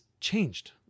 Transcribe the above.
changed